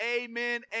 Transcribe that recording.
amen